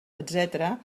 etcètera